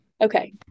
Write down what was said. Okay